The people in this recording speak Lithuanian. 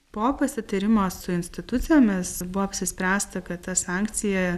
po pasitarimo su institucijomis buvo apsispręsta kad ta sankcija